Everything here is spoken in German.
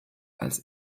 als